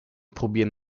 probieren